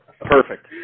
Perfect